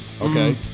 Okay